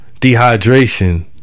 dehydration